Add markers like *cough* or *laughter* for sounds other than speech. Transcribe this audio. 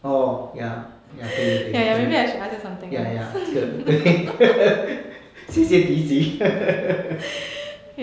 orh ya ya 对对对 ya ya ya 这个对 *laughs* 谢谢以及 *laughs*